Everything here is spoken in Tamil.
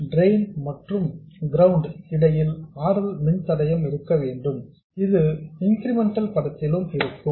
டிரெயின் மற்றும் கிரவுண்ட் இடையில் R L மின்தடையம் வேண்டும் இது இன்கிரிமெண்டல் படத்திலும் இருக்கும்